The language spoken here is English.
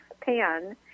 pan